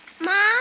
Mom